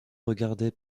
regardait